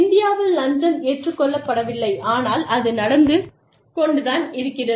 இந்தியாவில் லஞ்சம் ஏற்றுக்கொள்ளப்படவில்லை ஆனால் அது நடந்து கொண்டு தான் இருக்கிறது